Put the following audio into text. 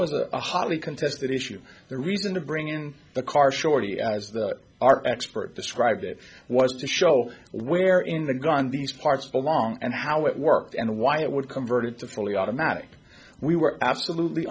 was a hotly contested issue the reason to bring in the car shorty as that our expert described it was to show where in the gun these parts belong and how it worked and why it would converted to fully automatic we were absolutely